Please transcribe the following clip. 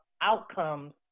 outcomes